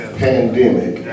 pandemic